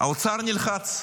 -- האוצר נלחץ.